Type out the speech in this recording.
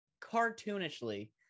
cartoonishly